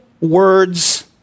words